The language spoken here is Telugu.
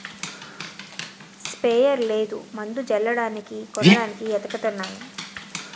స్పెయర్ లేదు మందు జల్లడానికి కొనడానికి ఏతకతన్నాను